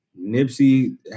Nipsey